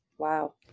Wow